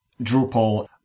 Drupal